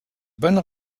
bonne